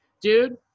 Dude